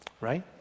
right